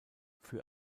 für